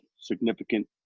significant